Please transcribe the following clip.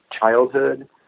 childhood